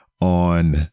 On